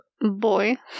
Boy